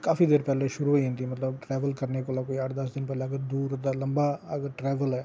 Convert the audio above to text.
काफी देर पैहले शूरू होई जंदी ऐ मतलव ट्रैवल करने कौला पैह्ले कोई अट्ठ दस्स दिन पैह्लैं अगर दूर दा लम्बा ट्रैवल ऐ